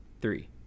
Three